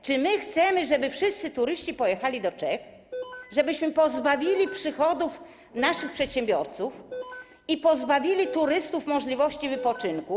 Czy my chcemy, żeby wszyscy turyści pojechali do Czech, czy chcemy pozbawić przychodów naszych przedsiębiorców i pozbawić turystów możliwości wypoczynku?